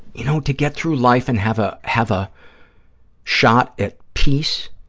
you know, to get through life and have ah have a shot at peace,